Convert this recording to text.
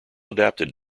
adapted